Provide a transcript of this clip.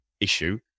issue